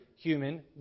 human